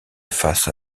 face